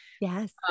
Yes